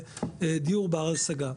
דיור בר השגה.